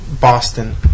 Boston